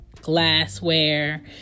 glassware